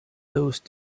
those